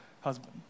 husband